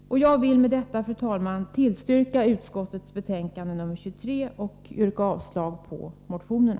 Med detta, fru talman, yrkar jag bifall till utskottets hemställan i betänkande 23 och avslag på motionerna.